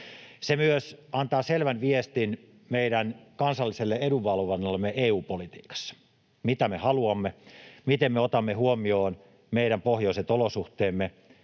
Se myös antaa selvän viestin meidän kansalliselle edunvalvonnallemme EU-politiikassa: mitä me haluamme, miten me otamme huomioon meidän pohjoiset olosuhteemme